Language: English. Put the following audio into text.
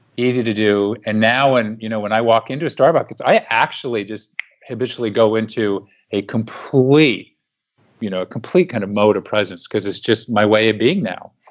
easy to do, and now and you know when i walk into a starbucks, i actually just habitually go into a complete you know a complete kind of mode of presence because it's just my way of being now.